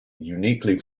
uniquely